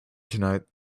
tonight